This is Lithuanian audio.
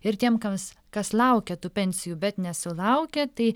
ir tiem kams kas laukia tų pensijų bet nesulaukia tai